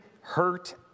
hurt